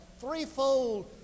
threefold